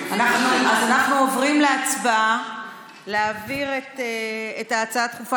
אנחנו עוברים להצבעה להעביר את ההצעה הדחופה